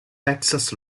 texas